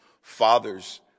fathers